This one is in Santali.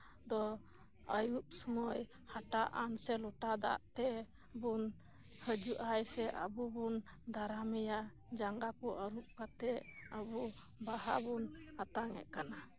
ᱫᱚ ᱟᱭᱩᱵ ᱥᱳᱢᱳᱭ ᱦᱟᱴᱟᱜ ᱟᱱ ᱥᱮ ᱞᱚᱴᱟ ᱫᱟᱜ ᱛᱮ ᱵᱚᱱ ᱦᱤᱡᱩᱜ ᱟᱭ ᱥᱮ ᱟᱵᱚ ᱵᱚᱱ ᱫᱟᱨᱟᱢᱮᱭᱟ ᱡᱟᱸᱜᱟ ᱠᱚ ᱟᱵᱩᱠ ᱠᱟᱛᱮᱫ ᱟᱵᱚ ᱵᱟᱦᱟ ᱵᱚᱱ ᱟᱛᱟᱝ ᱮᱫ ᱠᱟᱱᱟ